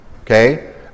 okay